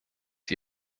die